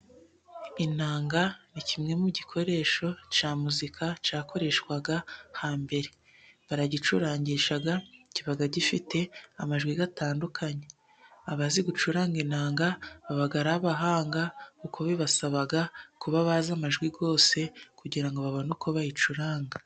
Inanga ni kimwe mu gikoresho cya muzika cya koreshwaga hambere, baragicurangisha kiba gifite amajwi atandukanye, abazi gucuranga inanga baba ari abahanga kuko bibasaba kuba bazi, amajwi yose, kugira ngo babone uko bayicuranga.